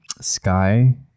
sky